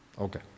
Okay